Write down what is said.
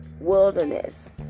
wilderness